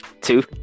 two